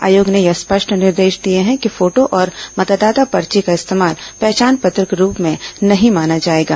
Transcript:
आयोग ने यह स्पष्ट निर्देश दिए हैं कि फोटो और मतदाता पर्ची का इस्तेमाल पहचान पत्र के रूप में नहीं माना जाएगा